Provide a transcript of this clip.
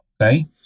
Okay